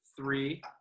three